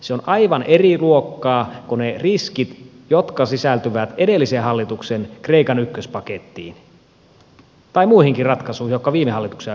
se on aivan eri luokkaa kuin ne riskit jotka sisältyvät edellisen hallituksen kreikan ykköspakettiin tai muihinkin ratkaisuihin jotka viime hallituksen aikana tehtiin